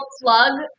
plug